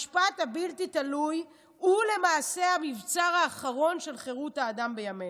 "המשפט הבלתי-תלוי הוא למעשה המבצר האחרון של חירות האדם בימינו.